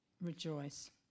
rejoice